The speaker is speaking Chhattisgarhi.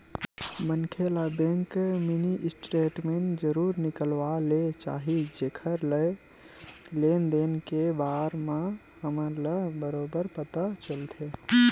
मनखे ल बेंक मिनी स्टेटमेंट जरूर निकलवा ले चाही जेखर ले लेन देन के बार म हमन ल बरोबर पता चलथे